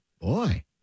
boy